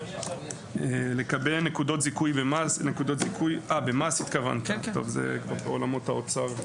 לגבי נקודות זיכוי במס, זה עולמות האוצר.